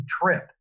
trip